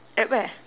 at where